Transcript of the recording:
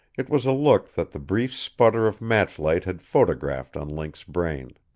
it was a look that the brief sputter of match-light had photographed on link's brain.